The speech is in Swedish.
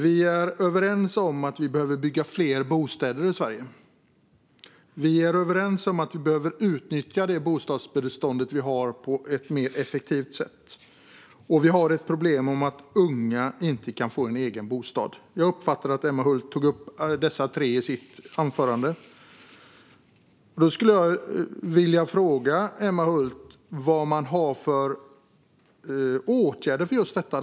Vi är överens om att vi behöver bygga fler bostäder i Sverige, vi är överens om att vi behöver utnyttja det bostadsbestånd vi har på ett mer effektivt sätt och vi är överens om att vi har problemet att unga inte kan få en egen bostad. Jag uppfattade att Emma Hult tog upp dessa tre i sitt anförande. Då skulle jag vilja fråga Emma Hult vad man har för åtgärder för just detta.